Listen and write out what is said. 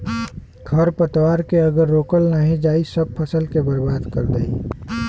खरपतवार के अगर रोकल नाही जाई सब फसल के बर्बाद कर देई